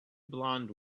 blond